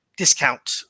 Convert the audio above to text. Discount